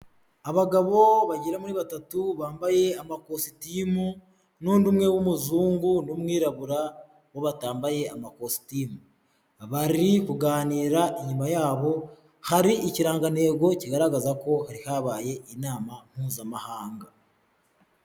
Abagabo bagera muri batatu bambaye amakositimu n'undi umwe w'umuzungu n'umwirabura bo batambaye amakositimu, bari kuganira, inyuma yabo hari ikirangantego kigaragaza ko hari habaye inama mpuzamahanga.